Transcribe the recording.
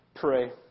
Pray